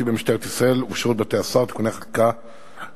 במשטרת ישראל ובשירות בתי-הסוהר (תיקוני חקיקה),